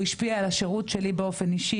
הוא השפיע על השירות שלי באופן אישי,